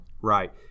Right